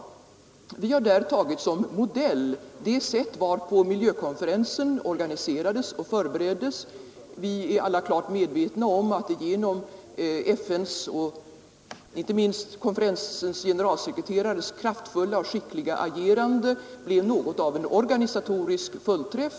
Vi har där som modell tagit det sätt varpå miljökonferensen organiserades och förbereddes. Vi är klart medvetna om att miljökonferensen genom FN:s och inte minst genom konferensens generalsekreterares kraftfulla och skickliga agerande blev något av en organisatorisk fullträff.